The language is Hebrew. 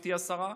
גברתי השרה,